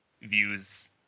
views